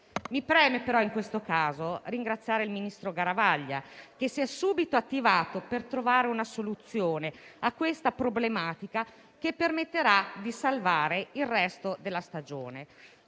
caso, però, mi preme ringraziare il ministro Garavaglia, che si è subito attivato per trovare una soluzione a questa problematica che permetterà di salvare il resto della stagione.